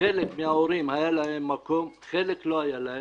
חלק מההורים היה להם מקום, לחלק לא היה.